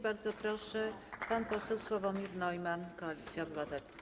Bardzo proszę, pan poseł Sławomir Neumann, Koalicja Obywatelska.